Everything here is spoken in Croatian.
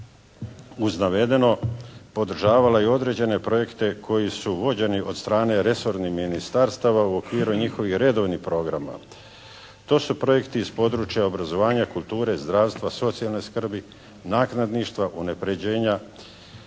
uz navedeno podržavala i određene projekte koji su vođeni od strane resornih ministarstava u okviru njihovih redovnih programa. To su projekti iz područja obrazovanja, kulture, zdravstva, socijalne skrbi, naknadništva, unapređenja,